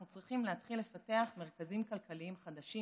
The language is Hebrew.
אנחנו צריכים להתחיל לפתח מרכזים כלכליים חדשים.